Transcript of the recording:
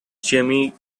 jamie